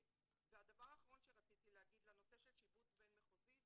הדבר האחרון שרציתי להגיד זה לנושא של שיבוץ בין-מחוזי,